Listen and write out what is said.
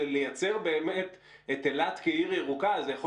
לייצר באמת את אילת כעיר ירוקה זה יכול